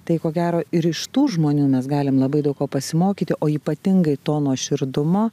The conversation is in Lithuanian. tai ko gero ir iš tų žmonių mes galim labai daug ko pasimokyti o ypatingai to nuoširdumo